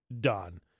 done